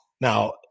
Now